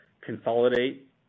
consolidate